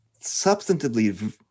substantively